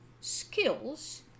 skills